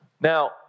Now